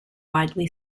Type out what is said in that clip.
widely